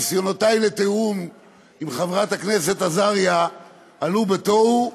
ניסיונותי לתיאום עם חברת הכנסת עזריה עלו בתוהו,